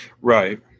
Right